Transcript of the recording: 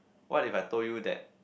what if I told you that